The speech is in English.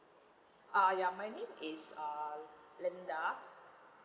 ah ya my name is err linda